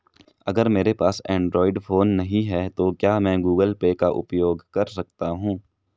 अगर मेरे पास एंड्रॉइड फोन नहीं है तो क्या मैं गूगल पे का उपयोग कर सकता हूं?